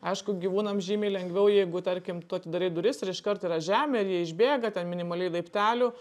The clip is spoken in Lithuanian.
aišku gyvūnam žymiai lengviau jeigu tarkim tu atidarei duris ir iškart yra žemė ir jie išbėga ten minimaliai laiptelių